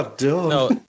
no